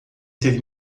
ter